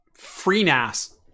FreeNAS